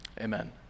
Amen